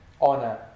honor